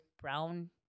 brown